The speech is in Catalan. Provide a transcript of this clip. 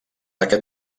aquest